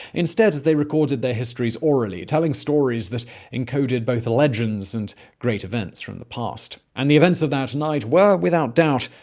instead, they recorded their histories orally, telling stories that encoded both legends, and great events from the past. and the events of that night were, without doubt,